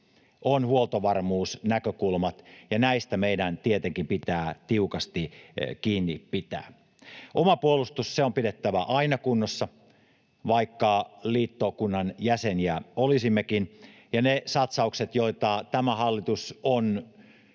on huoltovarmuusnäkökulmat, ja näistä meidän tietenkin pitää tiukasti kiinni pitää. Oma puolustus on pidettävä aina kunnossa, vaikka liittokunnan jäseniä olisimmekin, ja ne satsaukset, joita tämä hallitus on